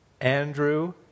Andrew